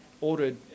ordered